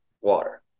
water